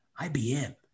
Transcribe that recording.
IBM